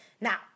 Now